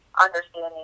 understanding